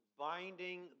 Binding